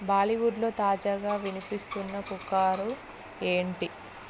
బాలీవుడ్లో తాజాగా వినిపిస్తున్న పుకారు ఏంటి